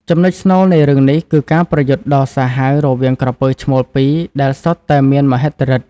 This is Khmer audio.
ចំណុចស្នូលនៃរឿងនេះ គឺការប្រយុទ្ធដ៏សាហាវរវាងក្រពើឈ្មោលពីរ ដែលសុទ្ធតែមានមហិទ្ធិឫទ្ធិ។